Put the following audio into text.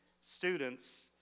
students